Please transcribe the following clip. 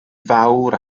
fawr